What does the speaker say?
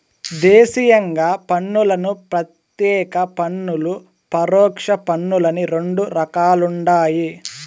దేశీయంగా పన్నులను ప్రత్యేక పన్నులు, పరోక్ష పన్నులని రెండు రకాలుండాయి